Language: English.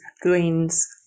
greens